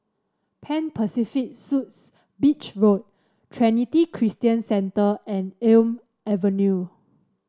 Pan Pacific Suites Beach Road Trinity Christian Centre and Elm Avenue